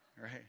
right